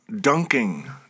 dunking